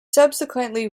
subsequently